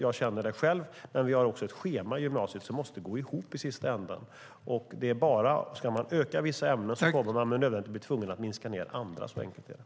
Jag känner det själv, men vi har ett schema i gymnasiet som måste gå ihop i slutändan. Ska man öka vissa ämnen kommer man med nödvändighet att bli tvungen att minska ned andra. Så enkelt är det.